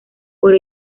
por